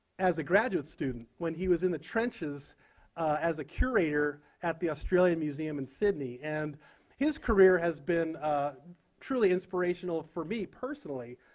as a graduate student when he was in the trenches as a curator at the australian museum in sydney. and his career has been truly inspirational for me personally.